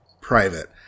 private